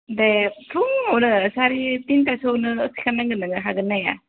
दे फुंआवनो सारे तिन्तासोआवनो सिखारनांगोन नोङो हागोन ना हाया